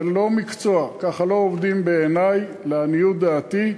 זה לא מקצוע, ככה לא עובדים, בעיני, לעניות דעתי.